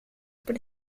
por